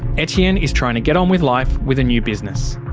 etienne is trying to get on with life, with a new business.